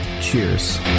cheers